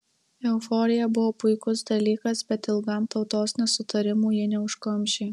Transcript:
euforija buvo puikus dalykas bet ilgam tautos nesutarimų ji neužkamšė